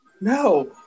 No